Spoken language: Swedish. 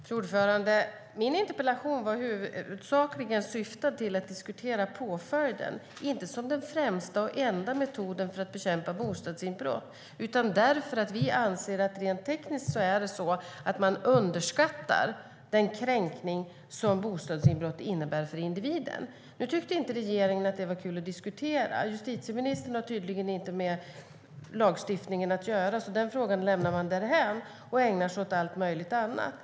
Fru talman! Min interpellation syftade huvudsakligen till att vi skulle diskutera påföljden, inte som den främsta och enda metoden för att bekämpa bostadsinbrott utan därför att vi anser att man rent tekniskt underskattar den kränkning som bostadsinbrott innebär för individen. Nu tyckte regeringen inte att det var kul att diskutera. Justitieministern har tydligen inte med lagstiftningen att göra, så den frågan lämnar man därhän och ägnar sig åt allt möjligt annat.